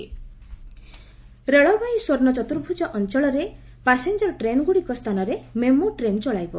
rail ମେମ୍ ରେଳବାଇ ସ୍ୱର୍ଣ୍ଣ ଚତୁର୍ଭୁଜ ଅଞ୍ଚଳରେ ପାସେଞ୍ଜର ଟ୍ରେନ୍ଗୁଡ଼ିକ ସ୍ଥାନରେ ମେମୁ ଟ୍ରେନ୍ ଚଳାଇବ